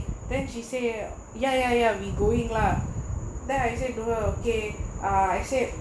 then she say ya ya ya we going lah then I say to her okay err I say